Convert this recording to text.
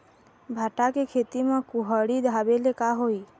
भांटा के खेती म कुहड़ी ढाबे ले का होही?